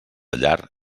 llar